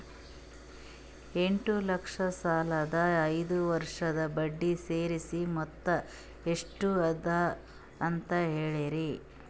ಎಂಟ ಲಕ್ಷ ಸಾಲದ ಐದು ವರ್ಷದ ಬಡ್ಡಿ ಸೇರಿಸಿ ಮೊತ್ತ ಎಷ್ಟ ಅದ ಅಂತ ಹೇಳರಿ?